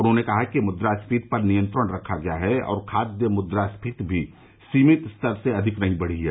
उन्होंने कहा कि मुद्रास्फीति पर नियंत्रण रखा गया है और खाद्य मुद्रास्फीति भी सीमित स्तर से अधिक नहीं बढ़ी है